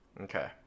Okay